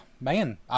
man